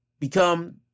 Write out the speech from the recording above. become